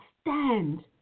stand